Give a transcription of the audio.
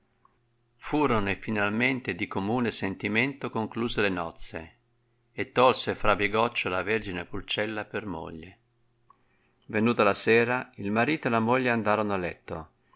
conviene furone finalmente di commune consentimento concluse le nozze e tolse fra bigoccio la vergine pulcella per moglie venuta la sera il marito e la moglie andorono a letto